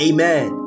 Amen